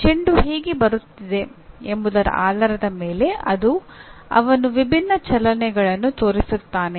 ಚೆಂಡು ಹೇಗೆ ಬರುತ್ತಿದೆ ಎಂಬುದರ ಆಧಾರದ ಮೇಲೆ ಅವನು ವಿಭಿನ್ನ ಚಲನೆಗಳನ್ನು ತೋರಿಸುತ್ತಾನೆ